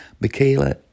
Michaela